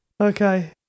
Okay